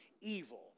evil